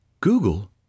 Google